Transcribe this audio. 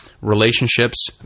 relationships